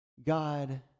God